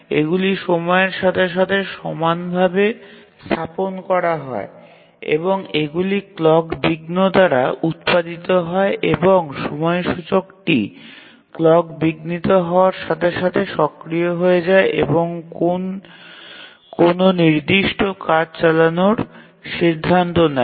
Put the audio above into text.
এগুলি সময়ের সাথে সাথে সমানভাবে স্থাপন করা হয় এবং এগুলি ক্লক বিঘ্ন দ্বারা উৎপাদিত হয় এবং সময়সূচকটি ক্লক বিঘ্নিত হওয়ার সাথে সাথে সক্রিয় হয়ে যায় এবং কোন নির্দিষ্ট কাজ চালানোর সিদ্ধান্ত নেয়